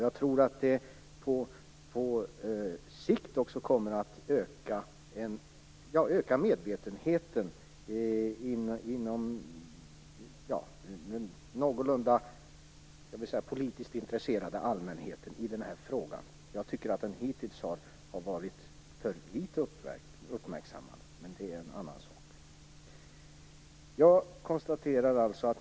Jag tror att det på sikt kommer att öka medvetenheten i den här frågan hos den någorlunda politiskt intresserade allmänheten. Jag tycker att den hittills har varit för litet uppmärksammad. Men det är en annan sak.